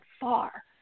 far